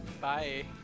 Bye